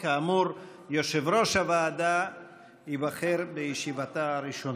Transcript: כאמור, יושב-ראש הוועדה ייבחר בישיבתה הראשונה.